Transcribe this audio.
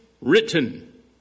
written